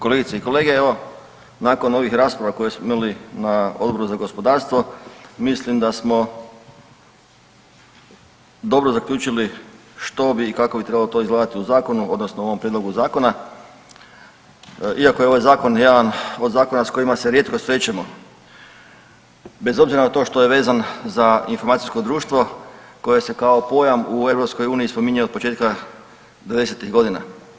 Kolegice i kolege, evo nakon ovih rasprava koje smo imali za Odboru za gospodarstvo mislim da smo dobro zaključili što bi i kako bi to trebalo izgledati u zakonu odnosno ovom prijedlogu zakona iako je ovaj zakon jedan od zakona s kojima se rijetko srećemo bez obzira na to što je vezan za informacijsko društvo koje se kao pojam u EU spominje od početka '90.-tih godina.